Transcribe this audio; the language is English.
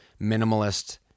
minimalist